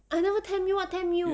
I never tempt you [what] tempt you